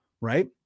Right